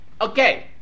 Okay